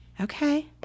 Okay